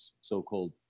so-called